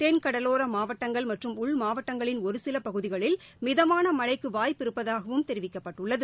தெள்கடலோர மாவட்டங்கள் மற்றும் உள்மாவட்டங்களின் ஒரு சில பகுதிகளில் மிதமான மழைக்கு வாய்ப்பு இருப்பதாகவும் தெரிவிக்கப்பட்டுள்ளது